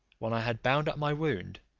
when i had bound up my wound,